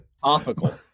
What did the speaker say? Topical